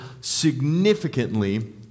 significantly